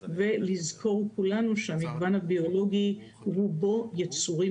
כולנו צריכים לזכור שרוב המגוון הביולוגי הוא יצורים